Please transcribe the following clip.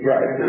Right